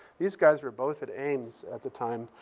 these guys were both at ames at the time.